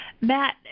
Matt